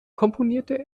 komponierte